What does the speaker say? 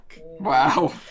Wow